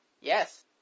yes